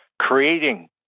creating